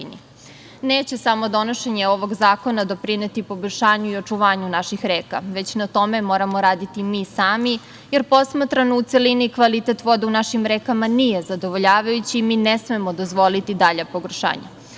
Neće samo donošenje ovog zakona doprineti poboljšanju i očuvanju naših reka, već na tome moramo raditi mi sami, jer posmatrano u celini, kvalitet vode u našim rekama nije zadovoljavajući i mi ne smemo dozvoliti dalja pogoršanja. Najveći